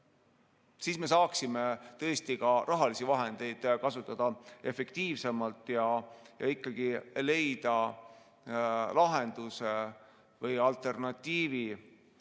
Siis me saaksime tõesti ka rahalisi vahendeid kasutada efektiivsemalt ja leida lahenduse või alternatiivi